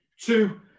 two